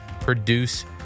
produce